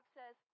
says